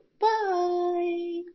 Bye